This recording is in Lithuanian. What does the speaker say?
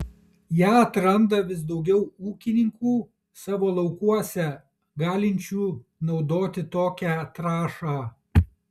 ją atranda vis daugiau ūkininkų savo laukuose galinčių naudoti tokią trąšą